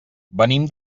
venim